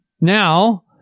Now